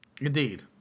Indeed